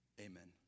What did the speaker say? Amen